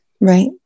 Right